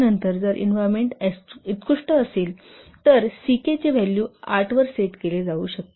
नंतर जर एन्व्हायरमेंट उत्कृष्ट असेल तर C K चे व्हॅल्यू 8 वर सेट केले जाऊ शकते